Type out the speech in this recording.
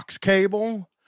cable